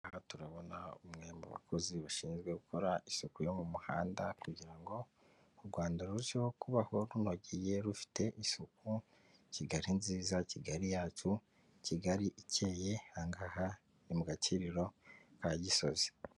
Aha turabona umwe mu bakozi bashinzwe gukora isuku yo mu muhanda, kugira ngo u Rwanda rurusheho kubaho runogeye, rufite isuku. Kigali nziza, Kigali yacu, Kigali ikeyeye; ahangaha ni mu gakiriro ka Gisozi.